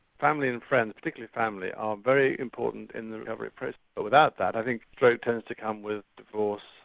family and friends, particularly family, are very important in the recovery process, but without that i think stroke tends to come with divorce,